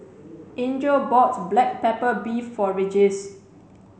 Angel bought black pepper beef for Regis